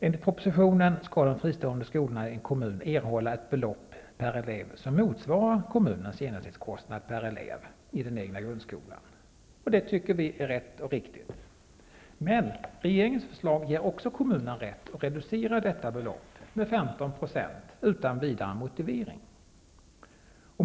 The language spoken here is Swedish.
Enligt propositionen skall de fristående skolorna i en kommun erhålla ett belopp per elev som motsvarar kommunens genomsnittskostnad per elev i den egna grundskolan. Det tycker vi är rätt och riktigt. Men regeringens förslag ger också kommunen rätt att reducera detta belopp med 15 % utan vidare motivering!